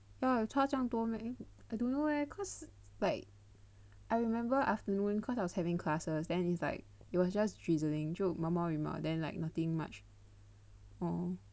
!wah! ya 差这样多 meh I don't know leh cause like I remember afternoon cause I was having classes then it's like it was just drizzling 就毛毛雨 then like nothing much